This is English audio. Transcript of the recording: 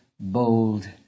bold